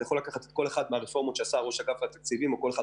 אתה יכול לקחת כל אחת מהרפורמות שעשה ראש אג"ת או כל אחת